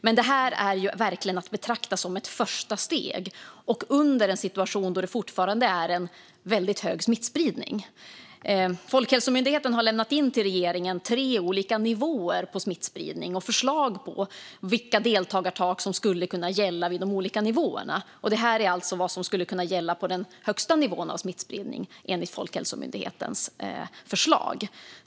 Men detta är verkligen att betrakta som ett första steg och i en situation då det fortfarande är en väldigt stor smittspridning. Folkhälsomyndigheten har lämnat in förslag på vilka deltagartak som skulle kunna gälla vid tre olika nivåer på smittspridning. Och detta är alltså vad som skulle kunna gälla på den högsta nivån av smittspridning enligt Folkhälsomyndighetens förslag.